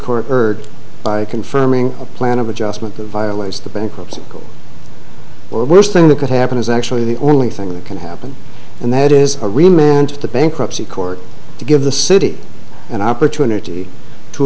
court heard by confirming a plan of adjustment that violates the bankruptcy or worst thing that could happen is actually the only thing that can happen and that is a rematch and the bankruptcy court to give the city an opportunity to